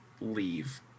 leave